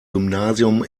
gymnasium